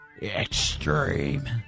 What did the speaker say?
Extreme